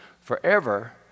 forever